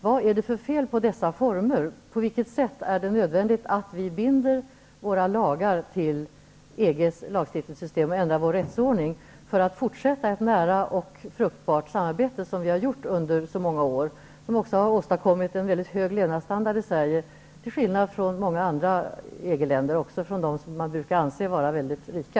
Vad är det för fel på dessa former? På vilket sätt är det nödvändigt att Sverige binder sina lagar till EG:s lagstiftningssystem och ändrar rättsordningen för att kunna fortsätta ett nära och fruktbart samarbete, som landet har haft under så många år? Det har också åstadkommit en hög levnadsstandard i Sverige, till skillnad från många andra EG länder -- också de som brukar anses vara rika.